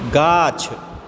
गाछ